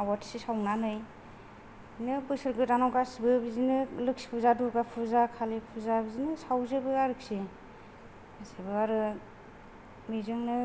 आवाथि सावनानै बिदिनो बोसोर गोदानाव गासिबो बिदिनो लोखि फुजा दुर्गा फुजा कालि फुजा बिदिनो सावजोबो आरोखि आरो बेजोंनो